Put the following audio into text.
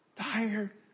tired